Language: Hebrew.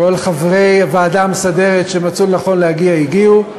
כל חברי הוועדה המסדרת שמצאו לנכון להגיע הגיעו.